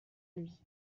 lui